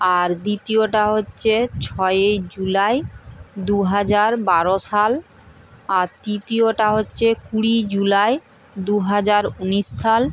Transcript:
আর দ্বিতীয়টা হচ্ছে ছয়ই জুলাই দুহাজার বারো সাল আর তৃতীয় টা হচ্ছে কুড়িই জুলাই দুহাজার উনিশ সাল